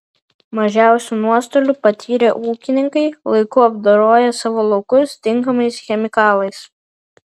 mažiausių nuostolių patyrė ūkininkai laiku apdoroję savo laukus tinkamais chemikalais